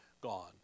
gone